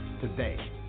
today